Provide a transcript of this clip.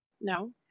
No